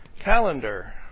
calendar